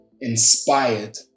inspired